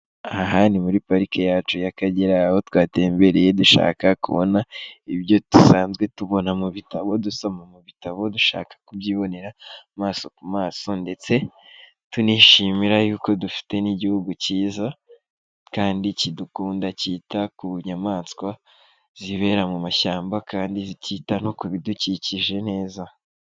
Aha aha ni muri parike yacu y'Akagera. Aho twatembereye dushaka kubona ibyo dusanzwe tubona mu bitabo, dusoma mu bitabo dushaka kubyibonera amaso ku maso ndetse tunishimira yuko dufite n'igihugu cyiza kandi kidukunda cyita ku nyamaswa zibera mu mashyamba kandi kikita no ku bidukikije neza.